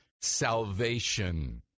salvation